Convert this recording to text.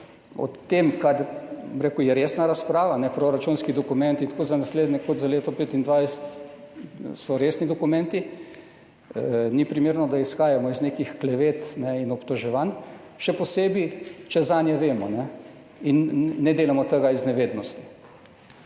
o tem, kar je resna razprava, proračunski dokumenti tako za naslednje kot za leto 2025 so resni dokumenti, ni primerno, da izhajamo iz nekih klevet in obtoževanj, še posebej, če zanje vemo in ne delamo tega iz nevednosti.